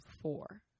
Four